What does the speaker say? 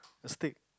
a stick